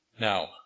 Now